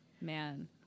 Man